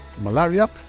malaria